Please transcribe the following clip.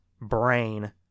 brain